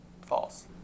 False